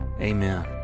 Amen